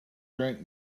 drink